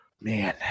man